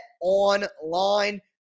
Online